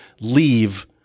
leave